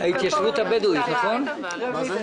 מס'